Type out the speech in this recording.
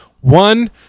One